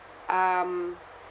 um